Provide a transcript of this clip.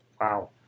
Wow